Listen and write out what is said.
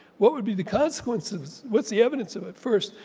what would be the consequences? what's the evidence of it first?